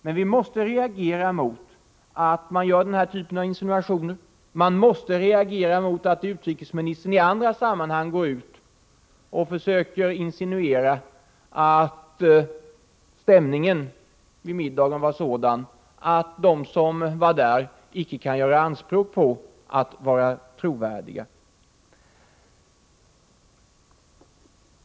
Men vi måste reagera emot att det görs denna typ av insinuationer, vi måste reagera emot att utrikesministern i andra sammanhang går ut och försöker insinuera att stämningen vid middagen var sådan att de som var där icke kan göra anspråk på att vara trovärdiga.